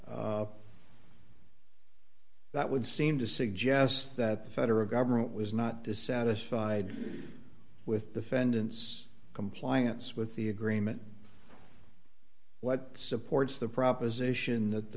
year that would seem to suggest that the federal government was not dissatisfied with the fende and it's compliance with the agreement what supports the proposition that the